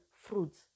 fruits